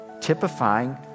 typifying